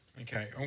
Okay